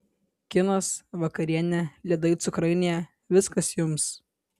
kinas vakarienė ledai cukrainėje viskas jums